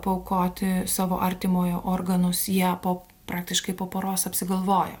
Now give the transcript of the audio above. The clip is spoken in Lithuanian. paaukoti savo artimojo organus jie po praktiškai po poros apsigalvojo